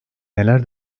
neler